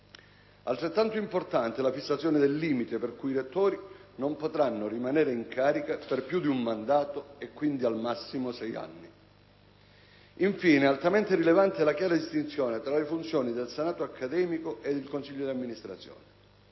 Altrettanto importante è la fissazione del limite per cui i rettori non potranno rimanere in carica per più di un mandato e, quindi, al massimo sei anni. Infine, altamente rilevante è la chiara distinzione tra le funzioni del senato accademico e il consiglio d'amministrazione: